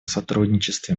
сотрудничестве